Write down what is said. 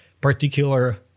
particular